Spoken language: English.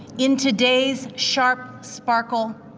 in today's sharp sparkle,